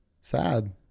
Sad